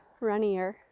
runnier